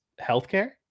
healthcare